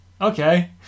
Okay